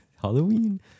Halloween